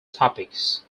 topics